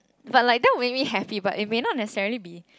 but like that would make me happy but it may not necessarily be